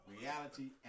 reality